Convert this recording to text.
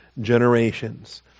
generations